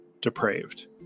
depraved